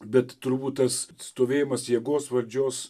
bet turbūt tas stovėjimas jėgos valdžios